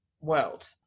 world